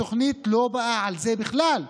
התוכנית לא באה על זה בכלל.